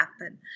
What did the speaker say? happen